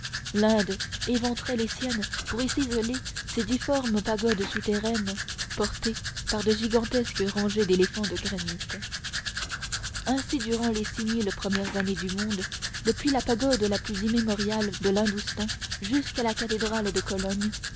l'inde éventrait les siennes pour y ciseler ces difformes pagodes souterraines portées par de gigantesques rangées d'éléphants de granit ainsi durant les six mille premières années du monde depuis la pagode la plus immémoriale de l'hindoustan jusqu'à la cathédrale de cologne